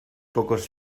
pocos